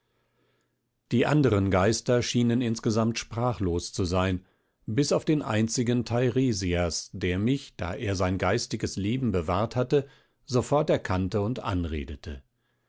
die andern geister schienen insgesamt sprachlos zu sein bis auf den einzigen teiresias der mich da er sein geistiges leben bewahrt hatte sofort erkannte und anredete